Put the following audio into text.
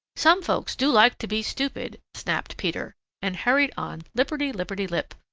some folks do like to be stupid, snapped peter and hurried on, lipperty-lipperty-lip,